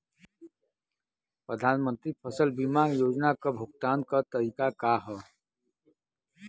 प्रधानमंत्री फसल बीमा योजना क भुगतान क तरीकाका ह?